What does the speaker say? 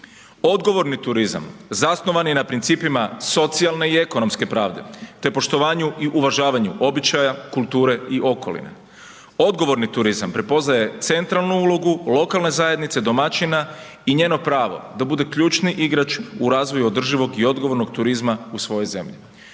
Odgovorni turizam zasnovan je na principima socijalne i ekonomske pravde, te poštovanju i uvažavanju običaja, kulture i okoline. Odgovorni turizam prepoznaje centralnu ulogu, lokalne zajednice, domaćina i njeno pravo da bude ključni igrač u razvoju održivog i odgovornog turizma u svojoj zemlji.